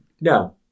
No